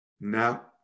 now